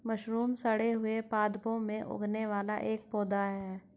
mushroom सड़े हुए पादपों में उगने वाला एक पौधा है